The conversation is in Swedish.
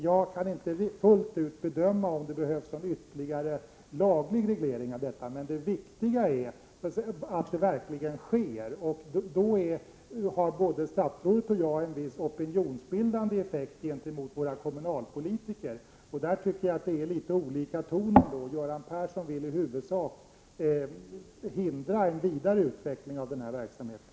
Jag kan inte fullt ut bedöma om det behövs en ytterligare laglig reglering av detta, men det viktiga är att ett utnyttjande av privata utbildningsföretag verkligen sker. I det här fallet har både statsrådet och jag en viss opinionsbildande funktion gentemot våra kommunalpolitiker, och jag anser att det i den här frågan finns litet olika budskap. Göran Persson vill i huvudsak hindra en vidare utveckling av den här verksamheten.